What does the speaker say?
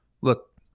Look